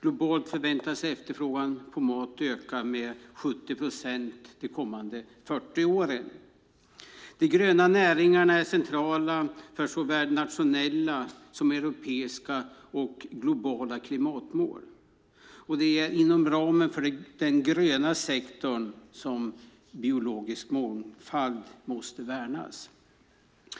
Globalt förväntas efterfrågan på mat öka med 70 procent de kommande 40 åren. De gröna näringarna är centrala för att nå såväl nationella som europeiska och globala klimatmål. Det är också inom ramen för den gröna sektorn som biologisk mångfald måste värnas.